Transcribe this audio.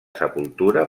sepultura